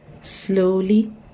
Slowly